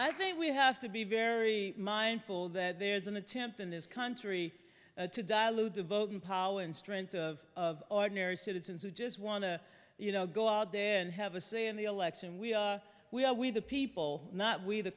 i think we have to be very mindful that there's an attempt in this country to dilute the voting power and strength of ordinary citizens who just want to you know go out there and have a say in the election we we are we the people not we the